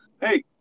Hey